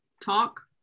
talk